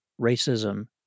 racism